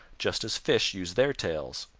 just as fish use their tails.